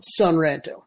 sunranto